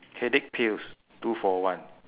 headache pills two for one